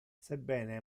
sebbene